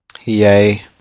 Yay